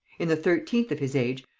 in the thirteenth of his age,